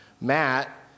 Matt